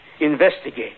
investigate